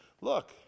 look